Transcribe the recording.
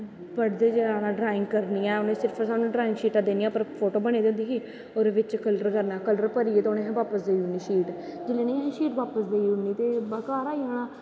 पढ़दे जाना ड्राईंग करनीं ऐ सर नै साह्नू ड्राईंग शीटां देनियां उप्पर फोटो बनी दी होंदी ही ओह्दे बिच कल्लर देनां ते कल्ल भरियै बापस देई ओड़नीं सीट जिसलै में उनेंगी शीट बापस देई ओड़नीं ते घर आई जाना